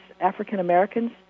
African-Americans